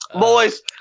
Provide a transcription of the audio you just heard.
Boys